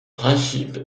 principe